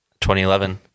2011